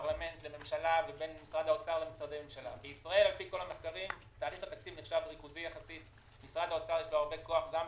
האוצר מה בכלל בסיס התקציב של התוכנית.